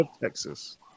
Texas